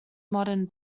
modern